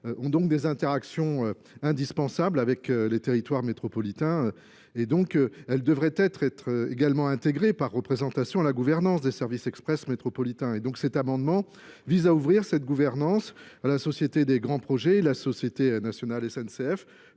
ont donc des interactions indispensable avec les territoires métropolitains et elle devrait donc être être également intégrée par représentation la gouvernance des services express métropolitains et donc cet amendement vise Àde à la société des grands projets et à la société nationale ne